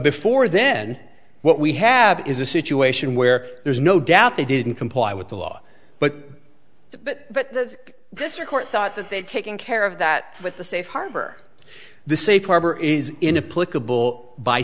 before then what we have is a situation where there's no doubt they didn't comply with the law but that this your court thought that they've taken care of that with the safe harbor the safe harbor is in a